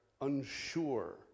unsure